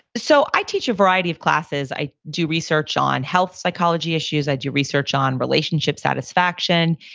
so i teach a variety of classes. i do research on health psychology issues, i do research on relationship satisfaction,